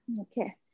Okay